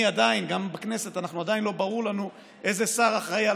גם בכנסת עדיין לא ברור לנו איזה שר אחראי על